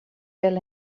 wel